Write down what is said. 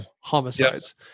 homicides